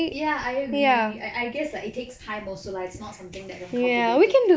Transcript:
ya I agree I guess like it takes time also lah it's not something that we can cultivate it